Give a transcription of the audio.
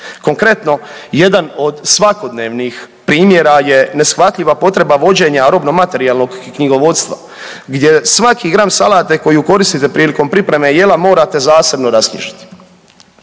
Konkretno, jedan od svakodnevnih primjera je neshvatljiva potreba vođenja robno materijalnog knjigovodstva gdje svaki gram salate koju koristite prilikom pripreme jela morate zasebno rasknjižiti.